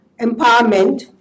Empowerment